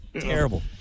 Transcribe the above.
terrible